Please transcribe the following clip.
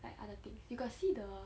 like other things you got see the